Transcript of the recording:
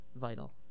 vital